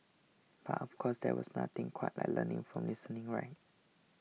but of course there was nothing quite like learning from listening right